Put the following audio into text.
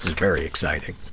very exciting.